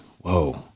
whoa